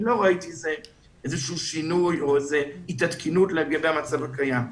אני לא ראיתי איזשהו שינוי או התעדכנות לגבי המצב הקיים.